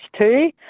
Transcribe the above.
two